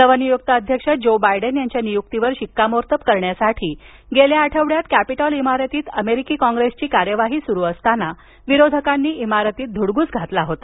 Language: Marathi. नवनियुक्त अध्यक्ष ज्यो बायडन यांच्या नियुक्तीवर शिक्कामोर्तब करण्यासाठी गेल्या आठवड्यात कॅपिटॉल इमारतीत अमेरिकी काँग्रेसची कार्यवाही सुरु असताना विरोधकांनी इमारतीत घुसून धुडगूस घातला होता